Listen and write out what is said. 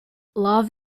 love